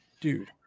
dude